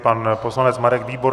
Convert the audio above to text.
Pan poslanec Marek Výborný.